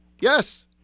Yes